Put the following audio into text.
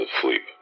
sleep